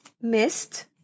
missed